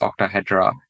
octahedra